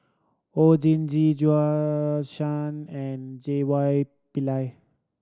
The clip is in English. Oon Jin Gee Shan and J Y Pillay